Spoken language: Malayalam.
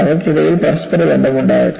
അവർക്കിടയിൽ പരസ്പരബന്ധം ഉണ്ടായിരിക്കണം